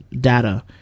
data